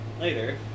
later